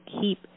keep